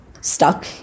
stuck